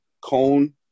cone